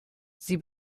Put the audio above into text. sie